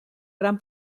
gran